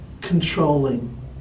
controlling